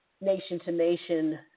nation-to-nation